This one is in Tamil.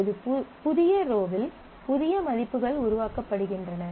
ஒரு புதிய ரோவில் புதிய மதிப்புகள் உருவாக்கப்படுகின்றன